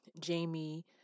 Jamie